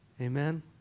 Amen